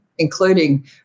including